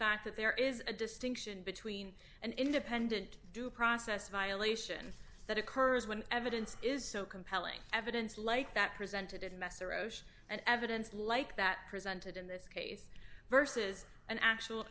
fact that there is a distinction between an independent due process violation that occurs when evidence is so compelling evidence like that presented in mesereau and evidence like that presented in this case versus an actual